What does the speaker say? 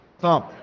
Tom